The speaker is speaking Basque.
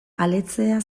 aletzea